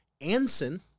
Anson